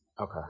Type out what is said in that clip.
Okay